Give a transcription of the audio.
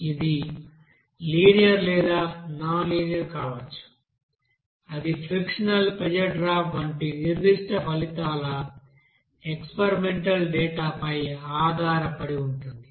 ఇది లీనియర్ లేదా non linear కావచ్చు అది ఫ్రిక్షనల్ ప్రెజర్ డ్రాప్ వంటి నిర్దిష్ట ఫలితాల ఎక్స్పెరిమెంటల్ డేటా పై ఆధారపడి ఉంటుంది